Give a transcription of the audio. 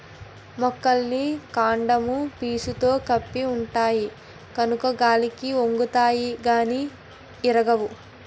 మొక్కలన్నీ కాండము పీసుతో కప్పి ఉంటాయి కనుక గాలికి ఒంగుతాయి గానీ ఇరగవు